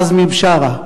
עזמי בשארה.